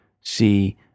see